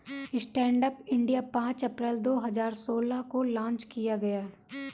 stand up India पांच अप्रैल दो हजार सोलह को लॉन्च किया गया